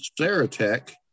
Saratech